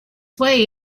way